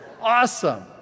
awesome